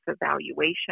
evaluation